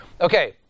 Okay